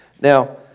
Now